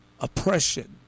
oppression